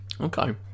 okay